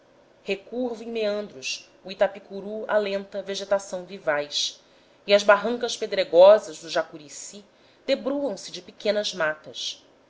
recurvo em meandros o itapicuru alenta vegetação vivaz e as barrancas pedregosas do jacurici debruamse de pequenas matas